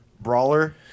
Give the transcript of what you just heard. brawler